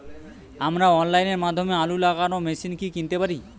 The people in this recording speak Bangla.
আমরা অনলাইনের মাধ্যমে আলু লাগানো মেশিন কি কিনতে পারি?